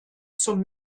zum